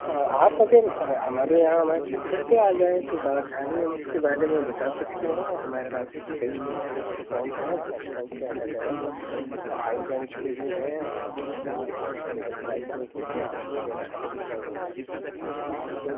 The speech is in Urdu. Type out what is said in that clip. آپ اگر ہمارے یہاں ہمارے سینٹر پہ آ جائیں تو با آسانی ہم اس کے بارے میں بتا سکتے ہیں ہمارے پاس کئی فونز ہیں سیمسنگ کے الگ الگ ہائی رینج کے بھی ہیں اور سوٹیبل پرائز میں بھی ہیں آپ کو جو اچھا لگے گا وہ آپ چن لیجیے گا